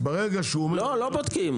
לא בודקים.